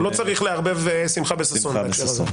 לא צריך לערב שמחה בששון בהקשר הזה.